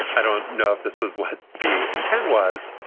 i don't know if this was what the intent was,